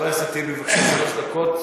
חבר הכנסת טיבי, בבקשה, שלוש דקות.